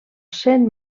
cent